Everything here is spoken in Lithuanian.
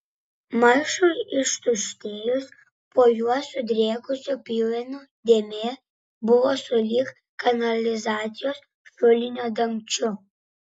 maišui ištuštėjus po juo sudrėkusių pjuvenų dėmė buvo sulig kanalizacijos šulinio dangčiu